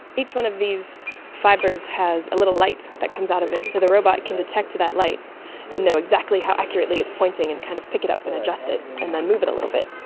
each one of these fibres has a little light that comes out of it, so the robot can detect that light and know exactly how accurately it's pointing and kind of pick it up and adjust it and then move it a little bit.